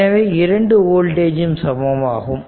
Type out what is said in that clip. எனவே 2 வோல்டேஜும் சமமாகும்